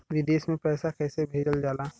विदेश में पैसा कैसे भेजल जाला?